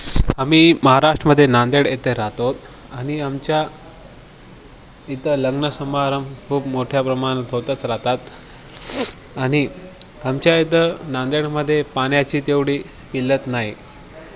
आम्ही महाराष्ट्रामध्ये नांदेड येथे राहतो आणि आमच्या इथं लग्न समारंभ खूप मोठ्या प्रमाणात होतच राहतात आणि आमच्या इथं नांदेडमध्ये पाण्याची तेवढी पिलत नाही